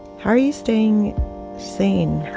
how are you staying sane?